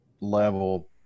level